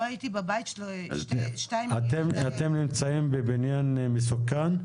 לא הייתי בבית --- אתם נמצאים בבניין מסוכן?